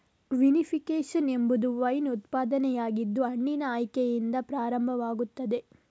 vinification ಎಂಬುದು wine ಉತ್ಪಾದನೆಯಾಗಿದ್ದು ಹಣ್ಣಿನ ಆಯ್ಕೆಯಿಂದ ಪ್ರಾರಂಭವಾಗುತ್ತದೆ